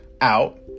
out